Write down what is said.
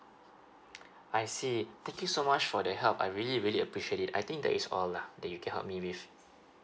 I see thank you so much for the help I really really appreciate it I think that is all lah that you can help me with